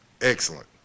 Excellent